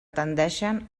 tendeixen